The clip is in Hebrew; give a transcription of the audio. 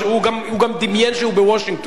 הוא גם דמיין שהוא בוושינגטון.